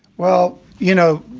well, you know,